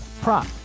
prop